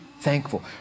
thankful